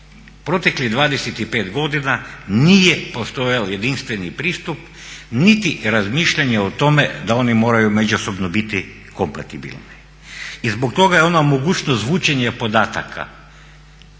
proteklih 25 godina nije postojao jedinstveni pristup niti razmišljanje o tome da oni moraju međusobno biti kompatibilni. I zbog toga je ona mogućnost vučenje podataka,